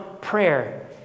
prayer